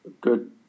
good